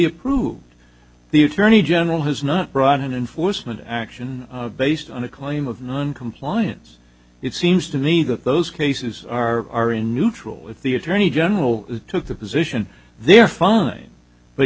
approved the attorney general has not brought in force an action based on a claim of noncompliance it seems to me that those cases are are in neutral if the attorney general took the position they're fine but